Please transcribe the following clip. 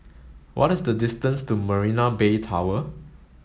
what is the distance to Marina Bay Tower